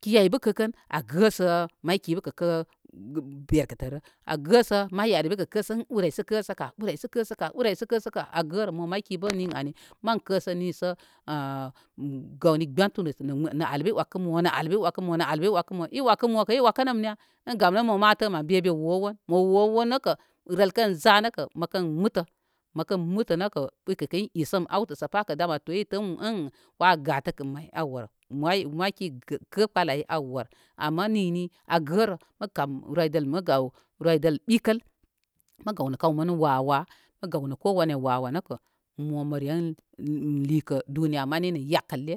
Ki ay bəkə kəkən a gə sə may ki bə kə kə be kətərə. A gəsə may yari bə kə kəsə ən ur ay sə kə sə ka ur ay səka səka ur ay səkəsə ka a gərə mo may ki bə ni ən ani mən kəsə nisə aca gawni gbentulə nə ali bə i wəkən mo nə alibə i wəkən mo nə albə i wəkə mo i wəkə mo i wəkə nəm niya in gumnə mo ma tə mən be be wo woy mə wowon nəkə rəl kən za nəkə məkaln mətə məkən mətə nə kə urkə kəyi i sən awtə sə pa kə dam an to i tə ən wa gatə kəm ay an wər. May ki kə kə kpəl ay an wər ama nini a gərə mə kam roydəl nkə mə gaw roydəl ɓikəl mə gaw nə kawmanu wa wá mə gaw nə ko wanə wa 'wánəkə mo mə ren likə duniya mani nə yakəlle